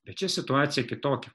bet čia situacija kitokia